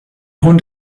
hund